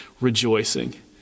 rejoicing